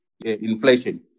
Inflation